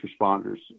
responders